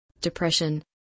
depression